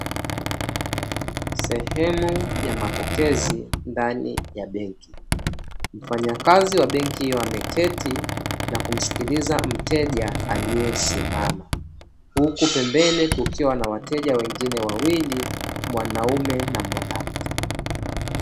Sehemu ya mapokezi ndani ya benki. Wafanyakazi wa benki wameketi na kumsikiliza mteja aliyesimama, huku pembeni kukiwa na wateja wengine wawili, mwanaume na mwanamke.